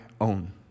own